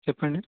చెప్పండి